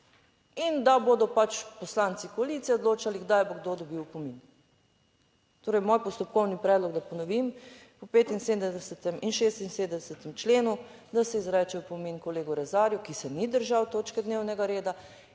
in da bodo pač poslanci koalicije odločali, kdaj bo kdo dobil opomin. Torej moj postopkovni predlog, da ponovim po 75. in 76. členu, da se izreče opomin kolegu Rezarju, ki se ni držal točke dnevnega reda